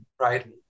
right